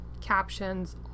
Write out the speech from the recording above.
captions